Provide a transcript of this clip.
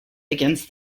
against